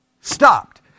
stopped